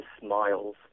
smiles